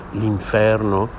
l'inferno